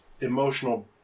emotional